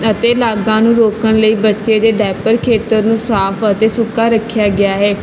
ਅਤੇ ਲਾਗਾਂ ਨੂੰ ਰੋਕਣ ਲਈ ਬੱਚੇ ਦੇ ਡੈਪਰ ਖੇਤਰ ਨੂੰ ਸਾਫ਼ ਅਤੇ ਸੁੱਕਾ ਰੱਖਿਆ ਗਿਆ ਹੈ